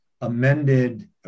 amended